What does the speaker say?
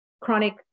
chronic